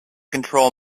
control